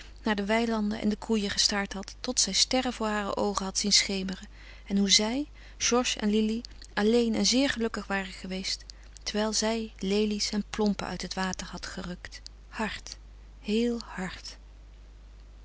naar de weilanden en de koeien gestaard had tot zij sterren voor hare oogen had zien schemeren en hoe zij georges en lili alleen en zeer gelukkig waren geweest terwijl zij lelies en plompen uit het water had gerukt hard heel hard